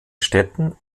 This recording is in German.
städten